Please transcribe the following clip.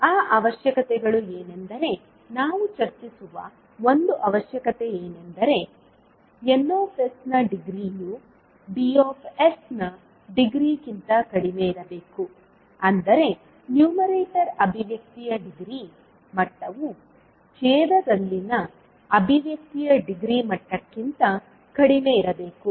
ಆ ಅವಶ್ಯಕತೆಗಳು ಏನೆಂದರೆ ನಾವು ಚರ್ಚಿಸುವ ಒಂದು ಅವಶ್ಯಕತೆಯೆಂದರೆ Nsನ ಡಿಗ್ರಿಯು Dsನ ಡಿಗ್ರಿಕ್ಕಿಂತ ಕಡಿಮೆಯಿರಬೇಕು ಅಂದರೆ ನ್ಯೂಮರೇಟರ್ ಅಭಿವ್ಯಕ್ತಿಯ ಡಿಗ್ರಿ ಮಟ್ಟವು ಛೇದದಲ್ಲಿನ ಅಭಿವ್ಯಕ್ತಿಯ ಡಿಗ್ರಿ ಮಟ್ಟಕ್ಕಿಂತ ಕಡಿಮೆಯಿರಬೇಕು